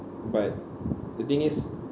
but the thing is